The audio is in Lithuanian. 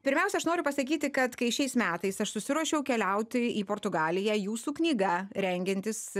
pirmiausia aš noriu pasakyti kad kai šiais metais aš susiruošiau keliauti į portugaliją jūsų knyga rengiantis